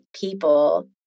people